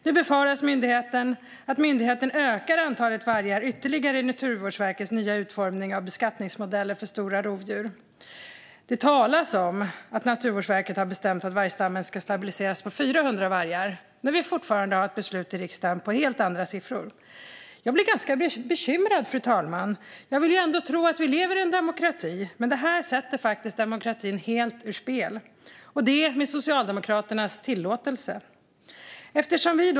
Nu befaras att myndigheten ökar antalet vargar ytterligare i Naturvårdsverkets nya utformning av beskattningsmodeller för stora rovdjur. Det talas om att Naturvårdsverket har bestämt att vargstammen ska stabiliseras på 400 vargar när det fortfarande finns ett beslut i riksdagen på helt andra siffror. Jag blir bekymrad. Jag vill ändå tro att vi lever i en demokrati, men det här sätter faktiskt demokratin helt ur spel - med socialdemokraternas tillåtelse.